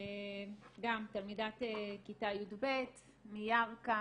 גם תלמידת כיתה י"ב מירכא,